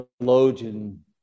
theologian